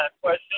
question